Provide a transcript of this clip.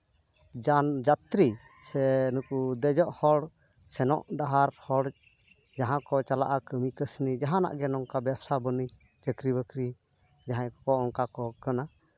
ᱡᱟᱱ ᱡᱟᱛᱨᱤ ᱥᱮ ᱱᱩᱠᱩ ᱫᱮᱡᱚᱜ ᱦᱚᱲ ᱥᱮᱱᱚᱜ ᱰᱟᱦᱟᱨ ᱦᱚᱲ ᱡᱟᱦᱟ ᱸᱠᱚ ᱪᱟᱞᱟᱜᱼᱟ ᱠᱟᱹᱢᱤ ᱠᱟᱹᱥᱱᱤ ᱡᱟᱦᱟᱸᱱᱟᱜ ᱜᱮ ᱱᱚᱝᱠᱟ ᱵᱮᱵᱥᱟ ᱵᱟᱹᱱᱤᱡᱡᱚ ᱪᱟᱹᱠᱨᱤᱼᱵᱟᱹᱠᱨᱤ ᱡᱟᱦᱟᱸᱭ ᱠᱚᱠᱚ ᱚᱱᱠᱟ ᱠᱚ ᱠᱟᱱᱟ